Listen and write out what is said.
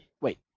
Wait